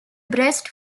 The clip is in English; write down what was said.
brest